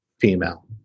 Female